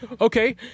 Okay